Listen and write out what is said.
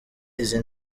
izi